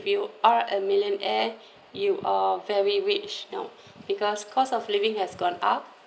you are a millionaire you are very rich now because cost of living has gone up